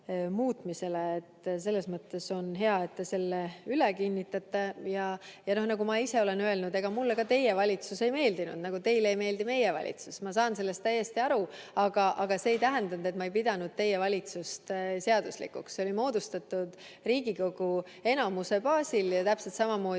Selles mõttes on hea, et te selle üle kinnitate. Ja nagu ma ise olen öelnud, ega mulle ka teie valitsus ei meeldinud, nagu teile ei meeldi meie valitsus, ma saan sellest täiesti aru, aga see ei tähenda, et ma ei pidanud teie valitsust seaduslikuks. See oli moodustatud Riigikogu enamuse baasil ja täpselt samamoodi